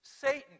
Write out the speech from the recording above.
Satan